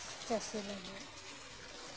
ᱪᱟᱥᱤ ᱞᱟᱜᱤᱜ